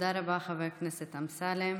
תודה רבה, חבר הכנסת אמסלם.